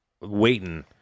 waiting